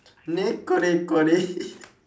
nico nico nii